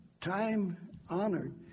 time-honored